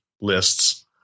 lists